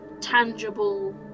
tangible